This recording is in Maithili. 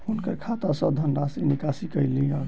हुनकर खाता सॅ धनराशिक निकासी कय लिअ